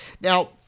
Now